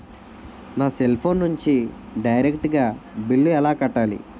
నా cell phone నుంచి direct గా బిల్లు ఎలా కట్టాలి?